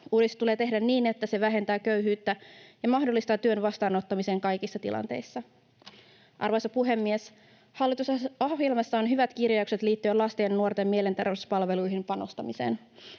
Uudistus tulee tehdä niin, että se vähentää köyhyyttä ja mahdollistaa työn vastaanottamisen kaikissa tilanteissa. Arvoisa puhemies! Hallitusohjelmassa on hyvät kirjaukset liittyen lasten ja nuorten mielenterveyspalveluihin panostamiseen.